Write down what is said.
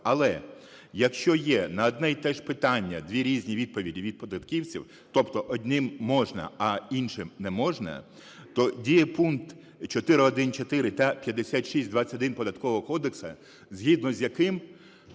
Але якщо є на одне й те ж питання дві різні відповіді від податківців, тобто одним можна, а іншим не можна, то діє пункт 4.1.4 та 56.21 Податкового кодексу, згідно з яким